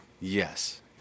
Yes